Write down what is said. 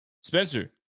Spencer